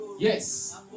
Yes